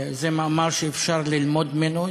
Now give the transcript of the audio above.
זה מאמר שאפשר ללמוד ממנו.